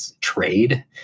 trade